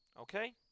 Okay